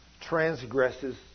transgresses